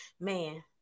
Man